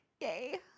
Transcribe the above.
Yay